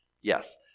Yes